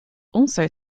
also